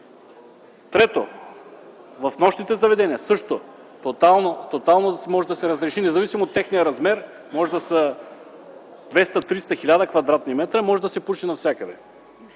Трето, в нощните заведения – също. Тотално може да се разреши независимо от техния размер. Може да са 200, 300 или 1000 кв.м, може да се пуши навсякъде.